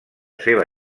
seva